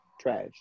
Trash